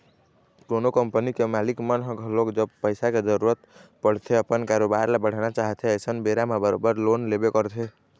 कोनो कंपनी के मालिक मन ह घलोक जब पइसा के जरुरत पड़थे अपन कारोबार ल बढ़ाना चाहथे अइसन बेरा म बरोबर लोन लेबे करथे